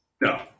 No